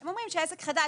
הם אומרים שעסק חדש,